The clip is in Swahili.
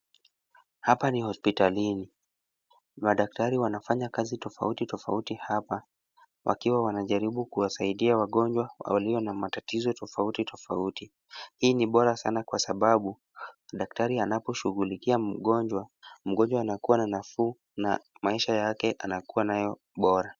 Hapa ni hospitalini, madaktari wanafanya kazi tofauti tofauti hapa, wakiwa wanajaribu kuwasaidia wagonjwa walio na matatizo tofauti tofauti. Hii ni bora kwa sababu daktari anaposhughulikia mgonjwa, mgonjwa na nafuu na maisha yake anakua nayo bora.